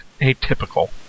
atypical